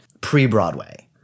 pre-Broadway